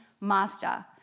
master